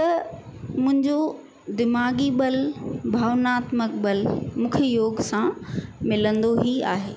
त मुंहिजो दीमाग़ी ॿल भावनात्मक बल मूंखे योग सां मिलंदो ई आहे